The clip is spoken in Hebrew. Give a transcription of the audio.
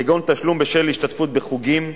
כגון תשלום בשל השתתפות בחוגים,